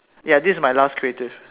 ya this is my last creative